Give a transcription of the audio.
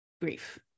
grief